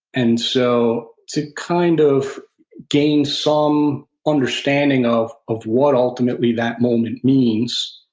and so to kind of gain some understanding of of what ultimately that moment means,